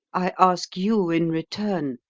i ask you in return,